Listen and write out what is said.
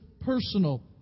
personal